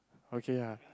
okay ya